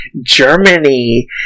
Germany